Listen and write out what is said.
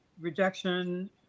rejection